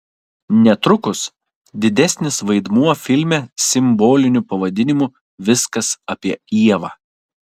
netrukus didesnis vaidmuo filme simboliniu pavadinimu viskas apie ievą